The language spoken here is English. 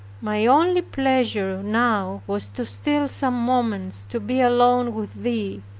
my only pleasure now was to steal some moments to be alone with thee,